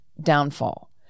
downfall